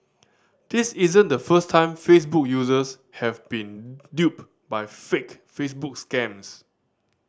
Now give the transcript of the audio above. this isn't the first time Facebook users have been duped by fake Facebook scams